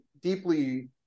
deeply